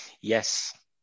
Yes